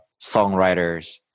songwriters